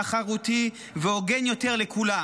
תחרותי והוגן יותר לכולם,